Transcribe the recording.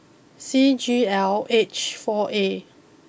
C G L H four A